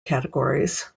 categories